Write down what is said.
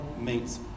meets